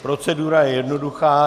Procedura je jednoduchá.